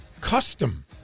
custom